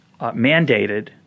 mandated